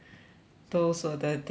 those were the days